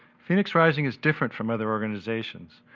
phoenix rising is different from other organization,